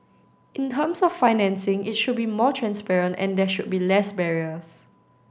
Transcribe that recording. in terms of the financing it should be more transparent and there should be less barriers